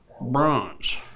bronze